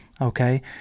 Okay